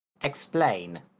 Explain